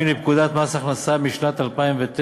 170 לפקודת מס הכנסה משנת 2009,